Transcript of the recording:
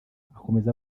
akomeza